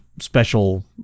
special